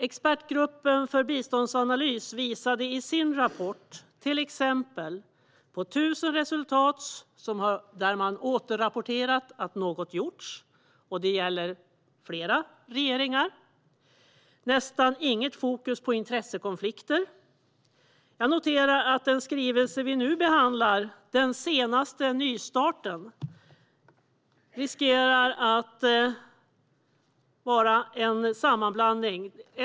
Expertgruppen för biståndsanalys visade i sin rapport att i 1 000 resultat där man återrapporterat att något har gjorts - det gäller flera regeringar - fanns nästan inget fokus på intressekonflikter. Jag noterar att den skrivelse vi nu behandlar, den senaste nystarten, riskerar att bli en sammanblandning.